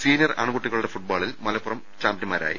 senior ആൺ കുട്ടികളുടെ ഫുട്ബോളിൽ മലപ്പുറം ചാമ്പ്യൻമാരായി